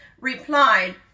replied